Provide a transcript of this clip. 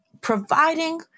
providing